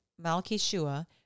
Malchishua